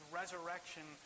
resurrection